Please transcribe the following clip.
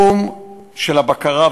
הבקרה,